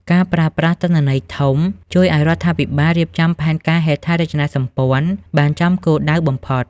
ការប្រើប្រាស់ "ទិន្នន័យធំ" ជួយឱ្យរដ្ឋាភិបាលរៀបចំផែនការហេដ្ឋារចនាសម្ព័ន្ធបានចំគោលដៅបំផុត។